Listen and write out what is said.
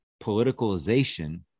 politicalization